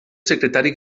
secretari